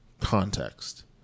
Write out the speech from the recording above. context